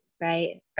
right